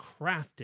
crafted